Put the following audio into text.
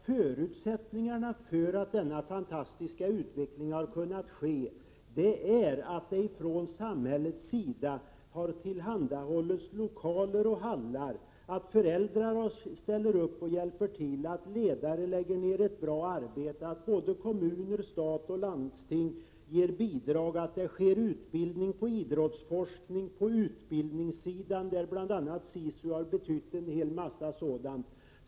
Förutsättningarna för att denna fantastiska utveckling har kunnat äga rum är att man från samhällets sida tillhandahåller lokaler och hallar, att föräldrar ställer upp och hjälper till, att ledare lägger ner ett bra arbete, att kommun, stat och landsting ger bidrag och att det sker utbildning och idrottsforskning. På utbildningssidan har bl.a. SISU betytt en hel del.